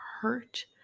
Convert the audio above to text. hurt